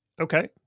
Okay